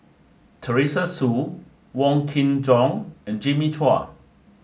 Teresa Hsu Wong Kin Jong and Jimmy Chua